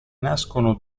nascono